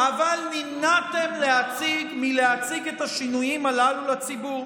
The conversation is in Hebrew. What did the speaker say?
אבל נמנעתם מלהציג את השינויים הללו לציבור.